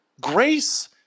Grace